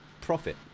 profit